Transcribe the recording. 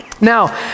Now